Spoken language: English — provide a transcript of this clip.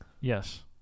Yes